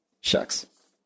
Shucks